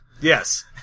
Yes